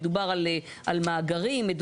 מדובר על מאגרים על